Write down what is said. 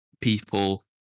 people